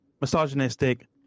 misogynistic